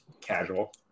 casual